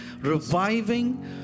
reviving